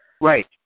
Right